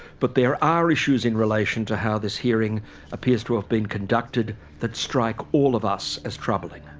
but there are issues in relation to how this hearing appears to have been conducted that strike all of us as troubling.